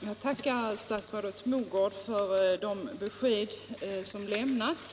Herr talman! Jag tackar statsrådet Mogård för de besked som lämnats.